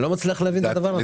אני לא מצליח להבין את הדבר הזה.